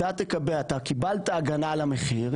אתה קיבלת הגנה על המחיר,